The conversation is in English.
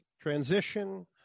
transition